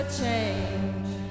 change